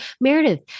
Meredith